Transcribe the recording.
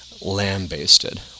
lambasted